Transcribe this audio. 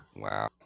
wow